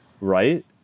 Right